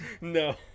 No